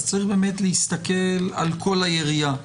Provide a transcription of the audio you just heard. אז צריך באמת להסתכל על כל היריעה.